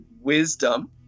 wisdom